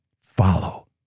follow